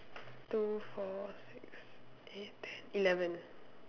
two four six eight ten eleven